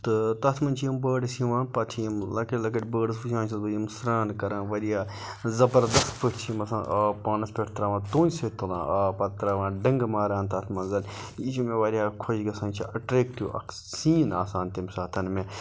تہٕ تَتھ مَنٛز چھِ یِم بٲڈس یِوان پَتہٕ چھِ یِم لَکٕٹ لَکٕٹ بٲڈس وٕچھان چھُس بہٕ یِم سران کَران واریاہ زَبردَست پٲٹھۍ چھِ یِم آسان آب پانَس پٮ۪ٹھ تراوان تونٛتہِ سۭتۍ تُلان آب پَتہٕ تراوان ڈٕنٛگہٕ ماران تَتھ مَنٛزَ یہِ چھُ مےٚ واریاہ خۄش گَژھان یہِ چھُ اَٹریکٹِو اَکھ سیٖن آسان تمہِ ساتَہٕ مےٚ